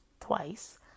twice